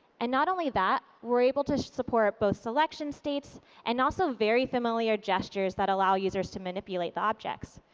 and not only that, we're able to support both selection states and also very familiar gestures that allow users to manipulate the objects.